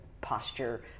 posture